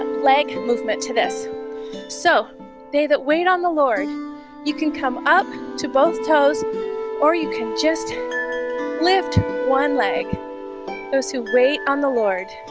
um leg movement to this so they that wait on the lord you can come up to both toes or you can just lift one leg those who wait on the lord